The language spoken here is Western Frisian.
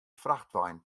frachtwein